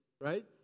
right